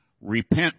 Repent